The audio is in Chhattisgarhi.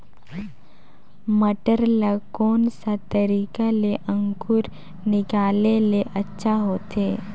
मटर ला कोन सा तरीका ले अंकुर निकाले ले अच्छा होथे?